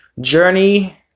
Journey